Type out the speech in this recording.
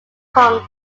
kong